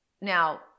Now